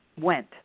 went